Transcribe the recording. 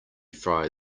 fry